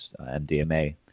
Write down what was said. MDMA